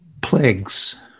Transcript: Plagues